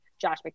Josh